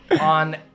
on